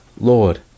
Lord